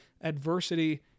adversity